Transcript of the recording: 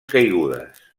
caigudes